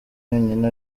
yonyine